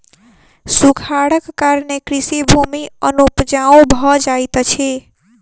सूखाड़क कारणेँ कृषि भूमि अनुपजाऊ भ जाइत अछि